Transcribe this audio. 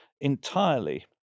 entirely